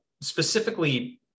Specifically